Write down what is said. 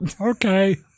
Okay